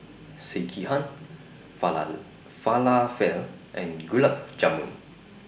Sekihan Falafel and Gulab Jamun